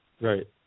Right